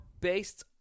based